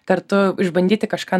kartu išbandyti kažką